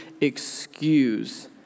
excuse